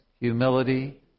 humility